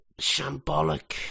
shambolic